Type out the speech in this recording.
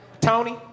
Tony